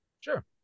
Sure